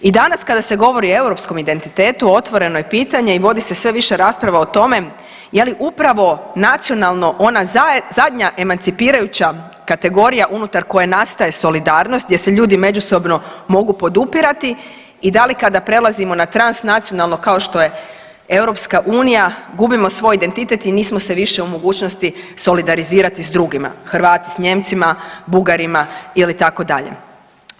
I danas govori o europskom identitetu otvoreno je pitanje i vodi se sve više rasprava o tome je li upravo nacionalno ona zadnja emancipirajuća kategorija unutar koje nastaje solidarnost gdje se ljudi međusobno mogu podupirati i da li kada prelazimo na transnacionalno kao što je EU, gubimo svoj identitet i nismo se više u mogućnosti solidarizirati s drugima, Hrvati s Nijemcima, Bugarima ili tako dalje.